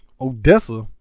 Odessa